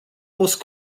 fost